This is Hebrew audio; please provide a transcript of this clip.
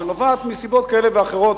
שנובעת מסיבות כאלה ואחרות,